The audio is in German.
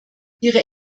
ihre